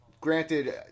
granted